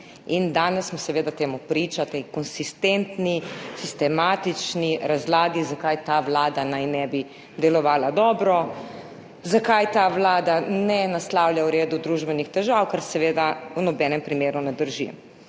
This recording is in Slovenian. In danes smo seveda temu priča, tej konsistentni, sistematični razlagi, zakaj ta vlada naj ne bi delovala dobro, zakaj ta vlada ne naslavlja v redu družbenih težav, kar seveda v nobenem primeru ne drži.